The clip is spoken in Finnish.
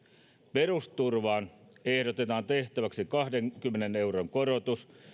perusturvaan ehdotetaan tehtäväksi kahdenkymmenen euron korotus